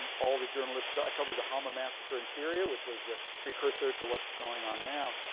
all the journalists. i covered the hama massacre in syria which was the precursor to what's going on now.